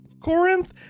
Corinth